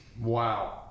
Wow